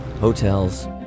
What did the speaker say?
hotels